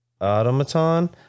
automaton